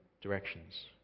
directions